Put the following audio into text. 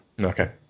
Okay